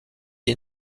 est